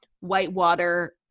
whitewater